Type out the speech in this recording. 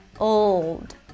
Old